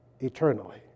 eternally